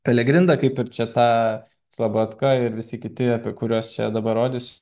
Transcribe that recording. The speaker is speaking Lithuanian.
pelegrinda kaip ir čia tą slabatka ir visi kiti apie kuriuos čia dabar rodysiu